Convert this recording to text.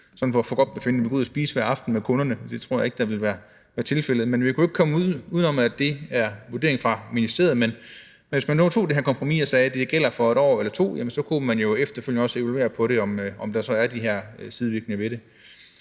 efter forgodtbefindende ville gå ud og spise hver aften med kunderne, for det tror jeg ikke ville være tilfældet. Men vi kan jo ikke komme udenom, at det er vurderingen fra ministeriet. Men hvis man nu gik ind for det her kompromis og sagde, at det gælder for et år eller to, jamen så kunne man jo efterfølgende også evaluere, om der så er de har sidevirkninger ved det.